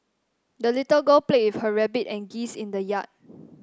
the little girl played with her rabbit and geese in the yard